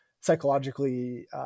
psychologically